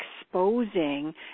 exposing